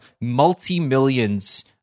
multi-millions